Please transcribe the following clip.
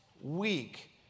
week